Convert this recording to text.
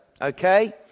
okay